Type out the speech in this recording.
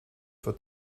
vor